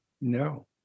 No